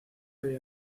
había